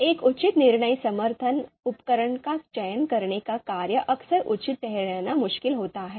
एक उचित निर्णय समर्थन उपकरण का चयन करने का कार्य अक्सर उचित ठहराना मुश्किल होता है